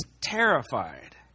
terrified